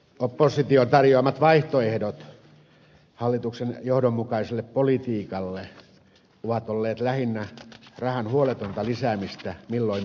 opposition tarjoamat vaihtoehdot hallituksen johdonmukaiselle politiikalle ovat olleet lähinnä rahan huoletonta lisäämistä milloin minnekin